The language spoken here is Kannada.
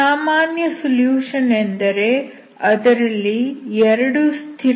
ಸಾಮಾನ್ಯ ಸೊಲ್ಯೂಷನ್ ಎಂದರೆ ಅದರಲ್ಲಿ 2 ಸ್ಥಿರಸಂಖ್ಯೆಗಳು ಇರಬೇಕು